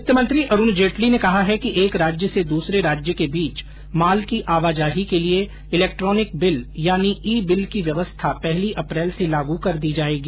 वित्त मंत्री अरुण जेटली ने कहा है एक राज्य से दूसरे राज्य के बीच माल की आवाजाही के लिए इलैक्ट्रॉनिक बिल यानी ई बिल की व्यवस्था पहली अप्रैल से लागू कर दी जाएगी